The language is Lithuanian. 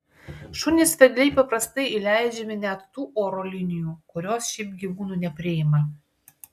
šunys vedliai paprastai įleidžiami net tų oro linijų kurios šiaip gyvūnų nepriima